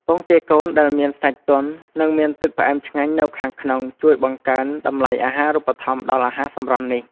ពងទាកូនដែលមានសាច់ទន់និងមានទឹកផ្អែមឆ្ងាញ់នៅខាងក្នុងជួយបង្កើនតម្លៃអាហារូបត្ថម្ភដល់អាហារសម្រន់នេះ។